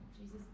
Jesus